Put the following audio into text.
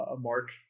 Mark